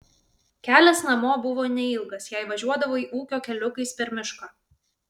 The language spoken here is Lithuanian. kelias namo buvo neilgas jei važiuodavai ūkio keliukais per mišką